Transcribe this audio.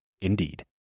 Indeed